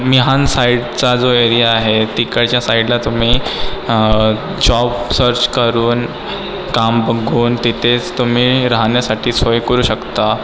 मिहान साइडचा जो एरिया आहे तिकडच्या साइडला तुम्ही जॉब सर्च करून काम बघून तिथेच तुम्ही राहण्यासाठी सोय करू शकता